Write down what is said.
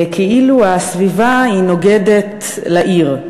כאילו הסביבה היא נוגדת לעיר.